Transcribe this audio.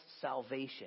salvation